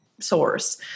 source